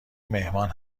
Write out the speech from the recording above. مهمان